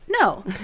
No